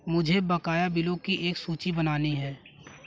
मुझे बकाया बिलों की एक सूची बनानी है